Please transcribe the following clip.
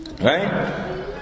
Right